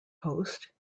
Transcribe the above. host